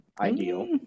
ideal